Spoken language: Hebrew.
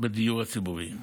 בדיור הציבורי.